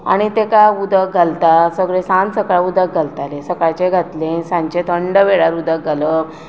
आनी तेका उदक घालता सांज सकाळीं उदक घालतालीं सकाळचें घातलें सांजचें थंड वेळार उदक घालप